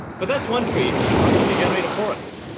but that's one tree. how can we generate a forest?